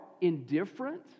indifferent